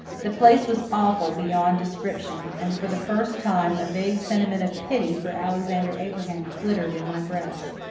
the place was awful beyond description, and for the first time a vague sentiment of pity for alexander abraham glimmered in my breast.